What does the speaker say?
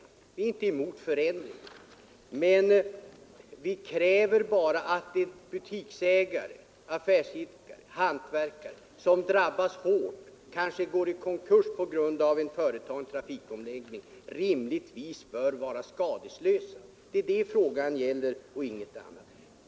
Vi är inte emot förändringar men vi anser att butiksägare, affärsidkare och hantverkare, som drabbas hårt och kanske går i konkurs på grund av en företagen trafikomläggning, rimligtvis bör hållas skadeslösa. Det är det frågan gäller och inget annat.